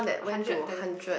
a hundred thirty something ah